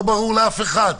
לא ברור לאף אחד.